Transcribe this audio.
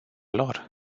lor